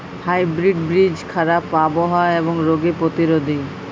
hybrid বীজ খারাপ আবহাওয়া এবং রোগে প্রতিরোধী